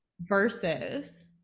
versus